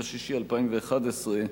20 ביוני 2011,